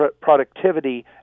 productivity